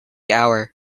hour